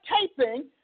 taping